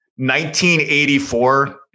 1984